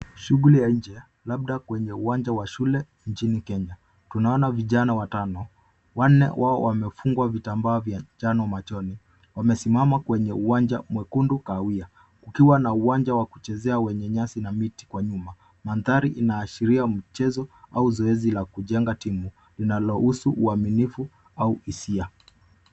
Shughuli ya nje labda kwenye uwanja wa shule nchini Kenya. Tunaona vijana watano, wanne wao wamefungwa vitambaa vya njano machoni. Wamesimama kwenye uwanja mwekundu kahawia, ukiwa na uwanja wa kuchezea wenye nyasi na miti kwa nyuma. Mandhari inaashiria mchezo au zoezi la kujenga timu linalohusu uaminifu au hisia.